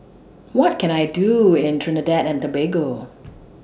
What Can I Do in Trinidad and Tobago